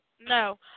no